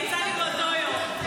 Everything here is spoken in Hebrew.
יצא לי באותו יום.